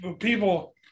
People